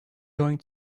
going